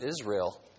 Israel